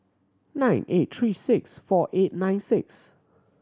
nine eight three six four eight nine six